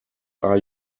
are